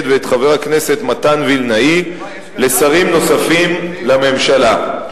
ואת חבר הכנסת מתן וילנאי כשרים נוספים לממשלה,